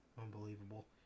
Unbelievable